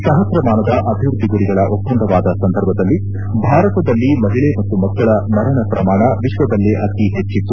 ಸಪ್ರಮಾನದ ಅಭಿವೃದ್ದಿ ಗುರಿಗಳ ಒಪ್ಪಂದವಾದ ಸಂದರ್ಭದಲ್ಲಿ ಭಾರತದಲ್ಲಿ ಮಹಿಳೆ ಮತ್ತು ಮಕ್ಕಳ ಮರಣ ಪ್ರಮಾಣ ವಿಕ್ವದಲ್ಲೇ ಅತಿ ಹೆಚ್ಚತ್ತು